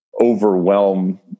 overwhelm